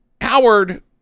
Howard